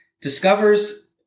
discovers